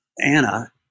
Anna